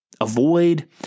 avoid